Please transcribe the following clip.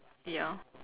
ya